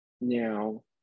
Now